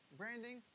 branding